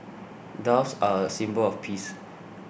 doves are a symbol of peace